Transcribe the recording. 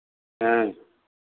हाँ